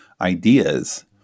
ideas